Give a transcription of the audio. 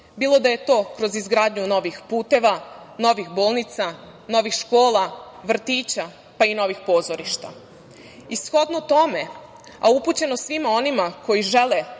bilo da je to kroz izgradnju novih puteva, novih bolnica, novih škola, vrtića, pa i novih pozorišta. Shodno tome, a upućeno svima onima koji žele